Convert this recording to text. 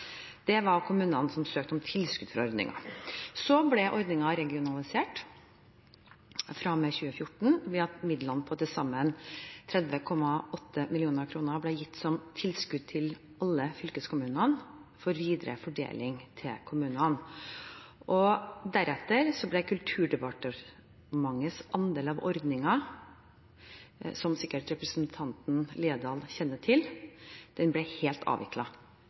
Det var kommunene som søkte om tilskudd til ordningen. Så ble ordningen regionalisert fra og med 2014 ved at midlene på til sammen 30,8 mill. kr ble gitt som tilskudd til alle fylkeskommunene for videre fordeling til kommunene. Deretter ble Kulturdepartementets andel av ordningen, som representanten Haukeland Liadal sikkert kjenner til, helt avviklet i 2015. Samtidig ble